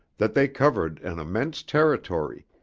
that they covered an immense territory,